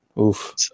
Oof